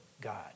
God